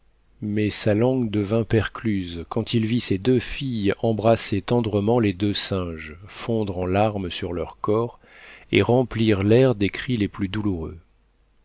mais sa langue devint percluse quand il vit ces deux filles embrasser tendrement les deux singes fondre en larmes sur leurs corps et remplir l'air des cris les plus douloureux